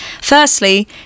Firstly